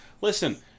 Listen